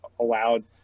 allowed